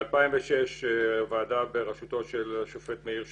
ב-2006 ועדה בראשותו של השופט מאיר שמגר,